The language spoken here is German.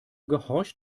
gehorcht